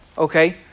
Okay